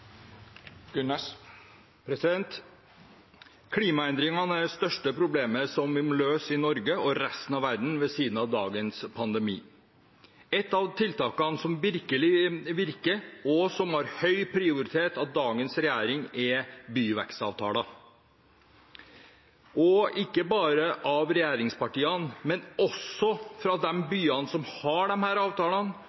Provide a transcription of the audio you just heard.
Klimaendringene er det største problemet vi må løse i Norge og i resten av verden, ved siden av dagens pandemi. Et av tiltakene som virkelig virker, og som har høy prioritet i dagens regjering, er byvekstavtaler – og ikke bare i regjeringspartiene, men også